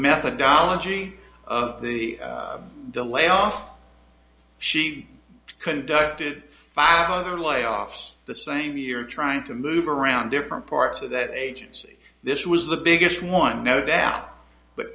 methodology the layoff she conducted five other layoffs the same year trying to move around different parts of that agency this was the biggest one no doubt but